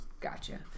Gotcha